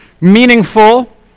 meaningful